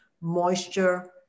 Moisture